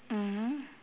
mmhmm